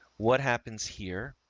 what happens here